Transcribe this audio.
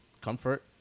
comfort